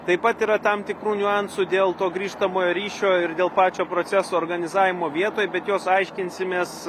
taip pat yra tam tikrų niuansų dėl to grįžtamojo ryšio ir dėl pačio proceso organizavimo vietoj bet juos aiškinsimės